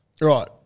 right